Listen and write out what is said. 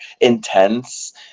intense